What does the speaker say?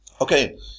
Okay